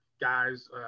guys